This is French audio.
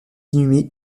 inhumé